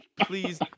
please